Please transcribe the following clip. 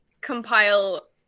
compile